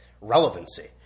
relevancy